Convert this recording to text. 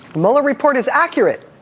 the mueller report is accurate,